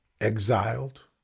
exiled